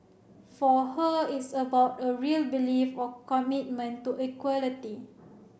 for her it's about a real belief of commitment to equality